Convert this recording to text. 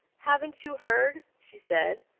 haven't you heard? she said,